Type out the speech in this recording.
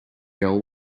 girl